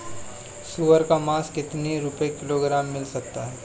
सुअर का मांस कितनी रुपय किलोग्राम मिल सकता है?